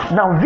Now